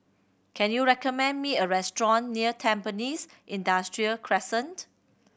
can you recommend me a restaurant near Tampines Industrial Crescent